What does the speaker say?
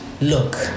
look